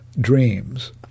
dreams